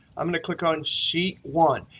i'm going to click on sheet one.